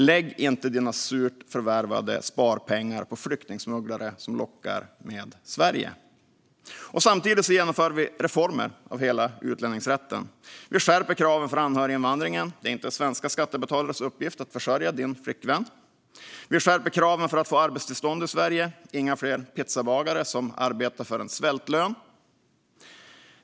Lägg inte dina surt förvärvade sparpengar på flyktingsmugglare som lockar med Sverige!" Samtidigt genomför vi reformer av hela utlänningsrätten. Vi skärper kraven för anhöriginvandringen - det är inte svenska skattebetalares uppgift att försörja din flickvän. Vi skärper kraven för att få arbetstillstånd i Sverige - inga fler pizzabagare som arbetar för en svältlön.